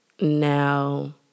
now